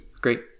Great